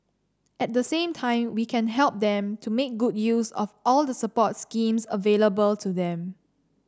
at the same time we can help them to make good use of all the support schemes available to them